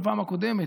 בפעם הקודמת,